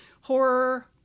horror